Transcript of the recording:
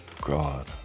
God